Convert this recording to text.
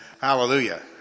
Hallelujah